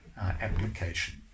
application